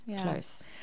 close